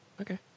Okay